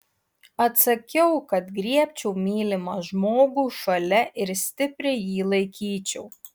atsakiau kad griebčiau mylimą žmogų šalia ir stipriai jį laikyčiau